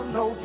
no